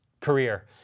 career